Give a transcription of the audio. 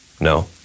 No